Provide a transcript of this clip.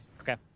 Okay